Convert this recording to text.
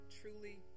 truly